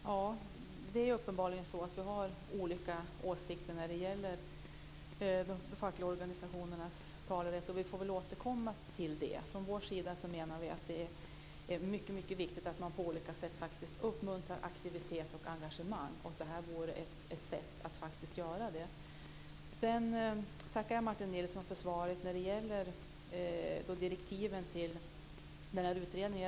Herr talman! Uppenbarligen har vi olika åsikter när det gäller de fackliga organisationernas talerätt, och vi får väl återkomma till det. Från Vänsterpartiets sida menar vi att det är mycket viktigt att man på olika sätt uppmuntrar aktivitet och engagemang, och det här vore ett sätt att göra det. Jag tackar Martin Nilsson för svaret när det gäller direktiven till utredningen.